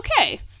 okay